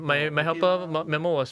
orh okay mah